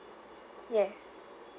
yes